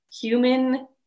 Human